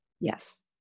Yes